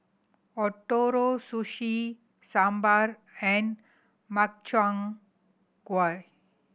Ootoro Sushi Sambar and Makchang Gui